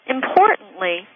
Importantly